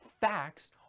Facts